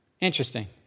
Interesting